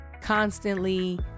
constantly